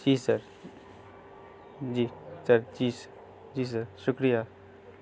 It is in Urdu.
جی سر جی سر جی سر جی سر شکریہ